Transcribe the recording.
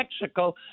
Mexico